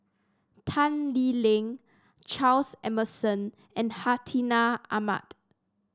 Tan Lee Leng Charles Emmerson and Hartinah Ahmad